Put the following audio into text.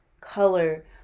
color